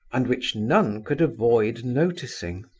and which none could avoid noticing.